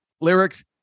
lyrics